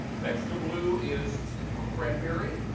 next to blue is cranberry.